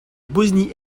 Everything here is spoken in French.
bosnie